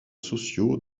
sociaux